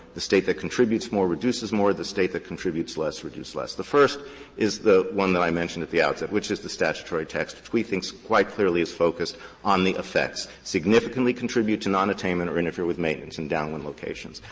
the state that contributes more, reduces more the state that contributes less, reduce less. the first is the one that i mentioned at the outset, which is the statutory text which we think quite clearly is focused on the effects. significantly contribute to nonattainment nonattainment or interfere with maintenance in downwind locations.